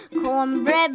Cornbread